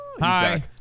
Hi